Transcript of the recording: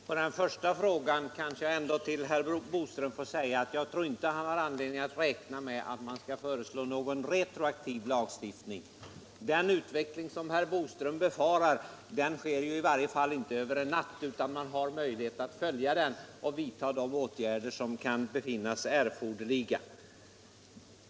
Herr talman! På den första frågan vill jag svara herr Boström att jag inte tror att han har anledning att räkna med att man skall föreslå någon retroaktiv lagstiftning. Den utveckling som herr Boström befarar sker i varje fall inte över en natt, utan man har möjlighet att följa den och vidta de åtgärder som kan befinnas erforderliga.